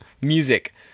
music